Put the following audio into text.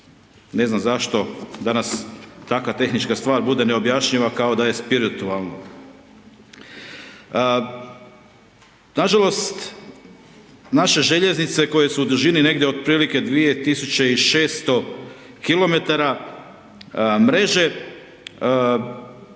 Ne znam zašto danas takva tehnička stvar bude neobjašnjiva kao da je spiritualno. Nažalost, naše željeznice koje su u dužini negdje otprilike 2600 km mreže,